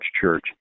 church